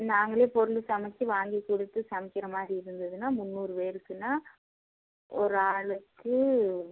நாங்களே பொருளும் சமைத்து வாங்கி கொடுத்து சமைக்கிற மாதிரி இருந்ததுன்னா முந்நூறு பேருக்குன்னா ஒரு ஆளுக்கு